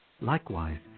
likewise